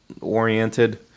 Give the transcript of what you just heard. oriented